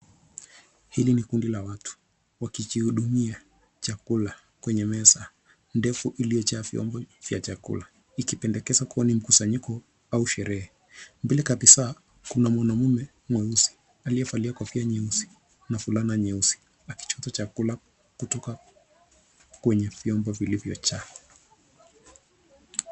Hili ni kundi la watu wakijihudumia chakula kwenye meza ndefu iliyojaa vyombo vya chakula ikipendekezwa kuwa ni mkusanyiko au sherehe. Mbele kabisa kuna mwanaume mweusi aliyevalia kofia nyeusi na fulana nyeusi akichota chakula kutoka kwenye vyombo vilivyojaa.